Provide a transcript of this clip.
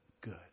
good